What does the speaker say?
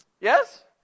Yes